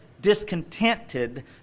discontented